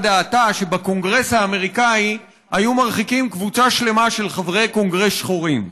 דעתה שבקונגרס האמריקני היו מרחיקים קבוצה שלמה של חברי קונגרס שחורים,